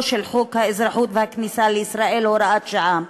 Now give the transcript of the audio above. של חוק האזרחות והכניסה לישראל (הוראת שעה).